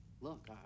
Look